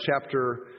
chapter